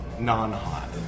non-hot